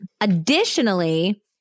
Additionally